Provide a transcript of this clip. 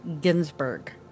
Ginsburg